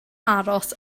aros